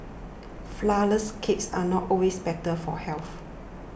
Flourless Cakes are not always better for health